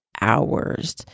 hours